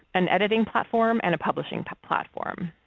an editing platform and a publishing but platform.